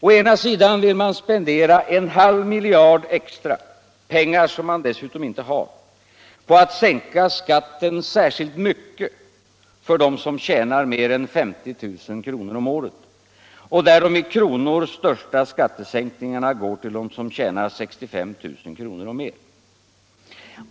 Å ena sidan vill man spendera en halv miljard extra, pengar som man dessutom inte har, på att sänka skatten särskilt mycket för dem som tjänar mer än 50 000 kr. om året och där de i kronor räknat största skattesänkningarna går till dem som tjänar 65 000 kr. och mer.